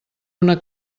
una